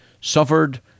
suffered